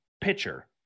pitcher